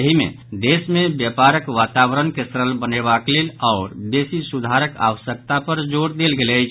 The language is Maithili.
एहि मे देश मे व्यापारक वातावरण के सरल बनेबाक लेल आओर बेसी सुधारक आवश्यकता पर जोर देल गेल अछि